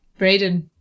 Brayden